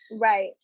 Right